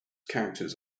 characters